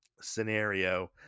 scenario